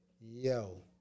Yo